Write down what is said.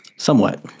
Somewhat